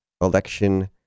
election